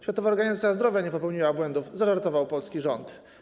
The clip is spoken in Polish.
Światowa Organizacja Zdrowia nie popełniła błędów, zażartował polski rząd.